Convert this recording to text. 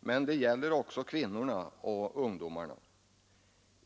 men det gäller också kvinnorna och ungdomarna.